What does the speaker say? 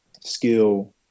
skill